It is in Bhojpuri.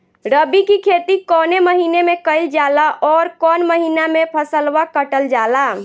रबी की खेती कौने महिने में कइल जाला अउर कौन् महीना में फसलवा कटल जाला?